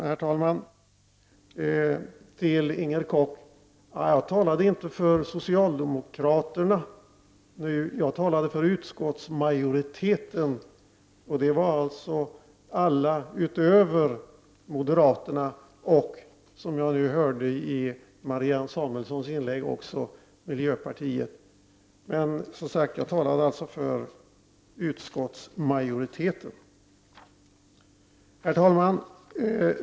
Herr talman! Jag vill till Inger Koch säga att jag inte talade för socialdemokraterna. Jag talade för utskottsmajoriteten, dvs. alla utom moderaterna och, som jag nu hörde av Marianne Samuelssons inlägg, miljöpartiet. Herr talman!